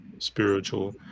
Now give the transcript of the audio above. Spiritual